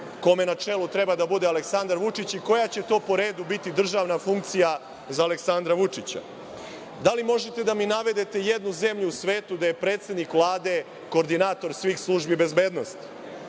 kome na čelu treba da bude Aleksandar Vučić i koja će to po redu biti državna funkcija za Aleksandra Vučića? Da li možete da mi navedete jednu zemlju u svetu gde je predsednik Vlade koordinator svih službi bezbednosti? Da